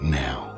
now